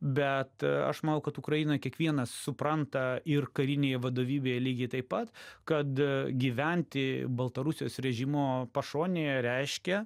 bet aš manau kad ukrainoj kiekvienas supranta ir karinėje vadovybėje lygiai taip pat kad gyventi baltarusijos režimo pašonėje reiškia